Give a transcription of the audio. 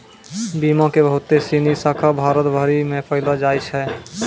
बीमा के बहुते सिनी शाखा भारत भरि मे पायलो जाय छै